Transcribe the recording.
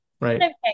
right